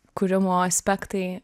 kūrimo aspektai